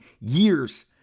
years